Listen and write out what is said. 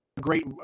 great